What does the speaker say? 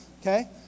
Okay